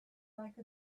like